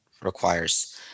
requires